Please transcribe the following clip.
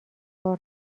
ارد